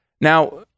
Now